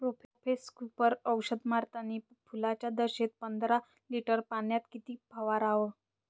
Profex Super औषध मारतानी फुलाच्या दशेत पंदरा लिटर पाण्यात किती फवाराव?